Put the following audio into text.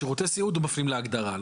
שירותי סיעוד, מפנים להגדרה.